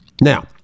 Now